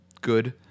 good